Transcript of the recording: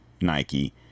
Nike